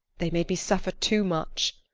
they made me suffer too much.